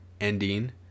ending